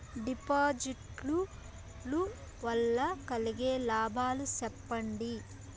డిపాజిట్లు లు వల్ల కలిగే లాభాలు సెప్పండి?